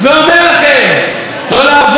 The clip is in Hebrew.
אם אני הייתי עומד ואומר לכם לא לעבוד עם ערבים,